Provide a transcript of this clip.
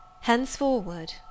Henceforward